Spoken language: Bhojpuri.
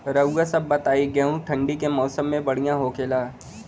रउआ सभ बताई गेहूँ ठंडी के मौसम में बढ़ियां होखेला?